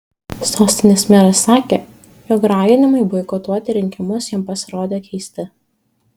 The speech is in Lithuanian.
sostinės meras sakė jog raginimai boikotuoti rinkimus jam pasirodė keisti